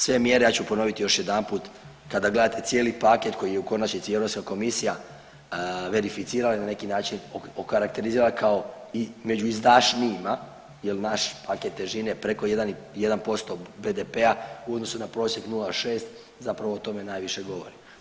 Sve mjere, ja ću ponoviti još jedanput kada gledate cijeli paket koji je u konačnici i Europska komisija verificirala i na neki način okarakterizirala kao među izdašnijima jer naš paket težine preko 1 i, 1% BDP-a u odnosu na prosjek 0,6 zapravo o tome najviše govori.